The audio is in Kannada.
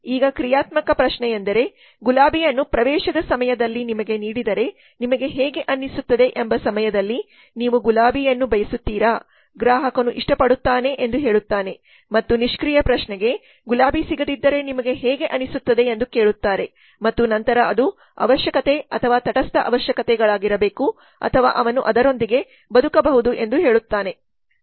ಈಗ ಕ್ರಿಯಾತ್ಮಕ ಪ್ರಶ್ನೆಯೆಂದರೆ ಗುಲಾಬಿಯನ್ನು ಪ್ರವೇಶದ ಸಮಯದಲ್ಲಿ ನಿಮಗೆ ನೀಡಿದರೆ ನಿಮಗೆ ಹೇಗೆ ಅನಿಸುತ್ತದೆ ಎಂಬ ಸಮಯದಲ್ಲಿ ನೀವು ಗುಲಾಬಿಯನ್ನು ಬಯಸುತ್ತೀರಾ ಗ್ರಾಹಕನು ಇಷ್ಟಪಡುತ್ತಾನೆ ಎಂದು ಹೇಳುತ್ತಾನೆ ಮತ್ತು ನಿಷ್ಕ್ರಿಯ ಪ್ರಶ್ನೆಗೆ ಗುಲಾಬಿ ಸಿಗದಿದ್ದರೆ ನಿಮಗೆ ಹೇಗೆ ಅನಿಸುತ್ತದೆ ಎಂದು ಕೇಳುತ್ತಾರೆ ಮತ್ತು ನಂತರ ಅದು ಅವಶ್ಯಕತೆ ಅಥವಾ ತಟಸ್ಥ ಅವಶ್ಯಕತೆಗಳಾಗಿರಬೇಕು ಅಥವಾ ಅವನು ಅದರೊಂದಿಗೆ ಬದುಕಬಹುದು ಎಂದು ಹೇಳುತ್ತಾರೆ